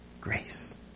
Grace